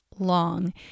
long